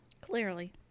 Clearly